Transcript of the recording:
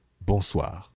Bonsoir